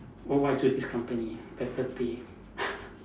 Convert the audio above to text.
w~ why I choose this company better pay